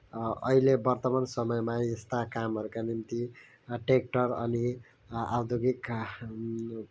अहिले वर्तमान समयमा यस्ता कामहरूका निम्ति ट्रयाक्टर अनि आधुनिक